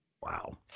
Wow